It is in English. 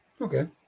Okay